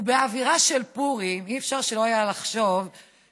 באווירה של פורים לא היה אפשר שלא לחשוב שהינה,